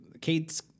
Kate's